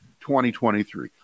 2023